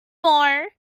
more